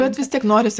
bet vis tiek norisi